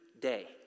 day